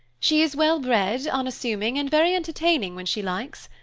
she is well-bred, unassuming, and very entertaining when she likes.